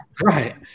Right